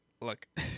look